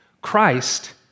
Christ